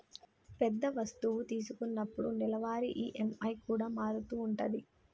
పెద్ద వస్తువు తీసుకున్నప్పుడు నెలవారీ ఈ.ఎం.ఐ కూడా మారుతూ ఉంటది